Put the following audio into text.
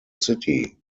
city